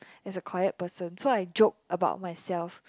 as a quiet person so I joke about myself